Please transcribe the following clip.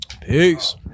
Peace